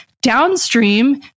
downstream